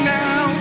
now